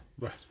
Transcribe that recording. Right